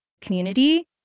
community